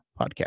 Podcast